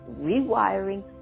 rewiring